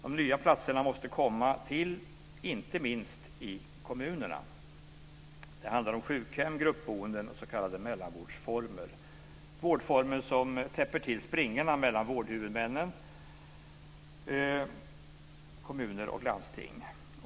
De nya platserna måste komma till inte minst i kommunerna. Det handlar om sjukhem, gruppboenden och s.k. mellanvårdsformer, vårdformer som täpper till springorna mellan vårdhuvudmännen, kommuner och landsting.